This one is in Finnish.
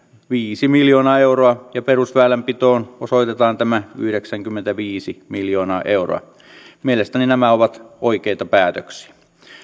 viisi miljoonaa euroa ja perusväylänpitoon osoitetaan tämä yhdeksänkymmentäviisi miljoonaa euroa mielestäni nämä ovat oikeita päätöksiä